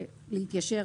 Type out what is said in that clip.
להתיישר